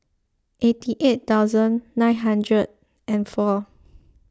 eighty eight thousand nine hundred and four